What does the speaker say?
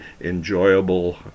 enjoyable